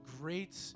great